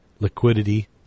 liquidity